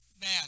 Man